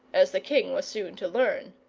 as the king was soon to learn.